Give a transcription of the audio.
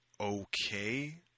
okay